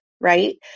right